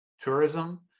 tourism